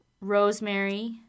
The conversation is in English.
rosemary